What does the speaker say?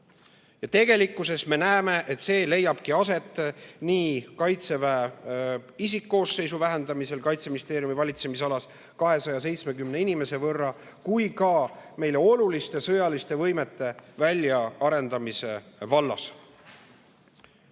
Tegelikkuses me näeme, et see leiabki aset nii Kaitseväe isikkoosseisu vähendamisel Kaitseministeeriumi valitsemisalas 270 inimese võrra kui ka meile oluliste sõjaliste võimete väljaarendamise vallas.